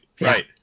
Right